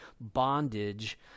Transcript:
bondage